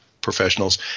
Professionals